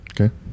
Okay